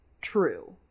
true